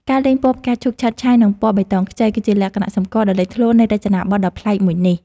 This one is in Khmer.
ការលេងពណ៌ផ្កាឈូកឆើតឆាយនិងពណ៌បៃតងខ្ចី គឺជាលក្ខណៈសម្គាល់ដ៏លេចធ្លោនៃរចនាប័ទ្មដ៏ប្លែកមួយនេះ។